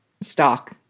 stock